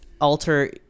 alter